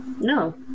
No